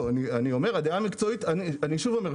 אני שוב אומר,